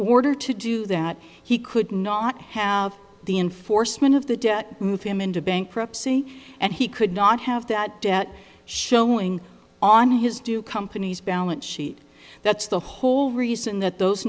order to do that he could not have the enforcement of the debt move him into bankruptcy and he could not have that debt showing on his do company's balance sheet that's the whole reason that those